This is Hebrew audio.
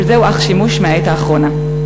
אבל זהו אך שימוש מהעת האחרונה.